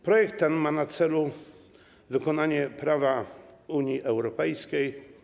Projekt ten ma na celu wykonanie prawa Unii Europejskiej.